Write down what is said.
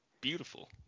beautiful